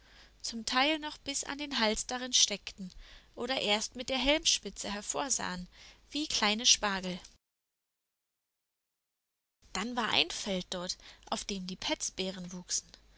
zum teil noch bis an den hals darin steckten oder erst mit der helmspitze hervorsahen wie kleine spargel dann war ein feld dort auf dem die petzbären wuchsen